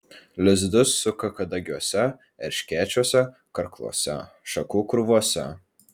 lizdus suka kadagiuose erškėčiuose karkluose šakų krūvose